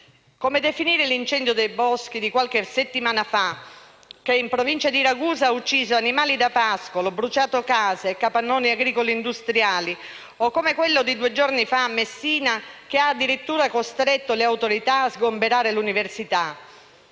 Come definire l'incendio dei boschi di qualche settimana fa che in Provincia di Ragusa ha ucciso animali da pascolo, bruciato case e capannoni agricoli industriali, o come quello di due giorni fa a Messina, che ha addirittura costretto le autorità a sgomberare l'università?